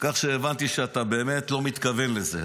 כך שהבנתי שאתה באמת לא מתכוון לזה.